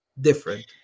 different